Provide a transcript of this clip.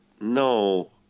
No